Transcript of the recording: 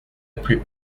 plus